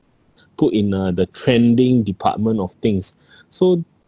good in uh the trending department of things so